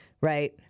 right